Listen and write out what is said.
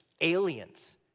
aliens